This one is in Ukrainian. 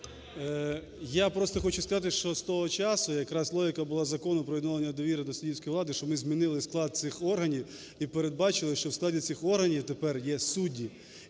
Я просто хочу сказати, що з того часу якраз логіка була Закону про відновлення довіри до суддівської влади, що ми змінили склад цих органів і передбачили, що в складі цих органів тепер є судді.